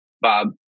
Bob